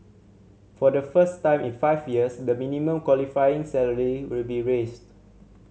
for the first time in five years the minimum qualifying salary will be raised